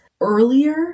earlier